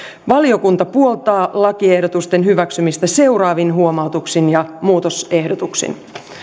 valiokunta puoltaa lakiehdotusten hyväksymistä seuraavin huomautuksin ja muutosehdotuksin